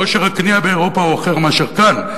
כושר הקנייה באירופה הוא אחר מאשר כאן,